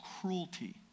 cruelty